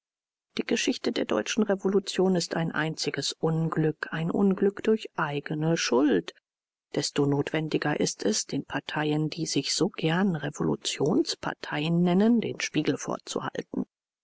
die geschichte der deutschen revolution ist ein einziges unglück ein unglück durch eigene schuld desto notwendiger ist es den parteien die sich so gern revolutionsparteien nennen den spiegel vorzuhalten